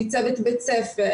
מצוות בית ספר,